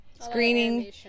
screening